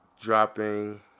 dropping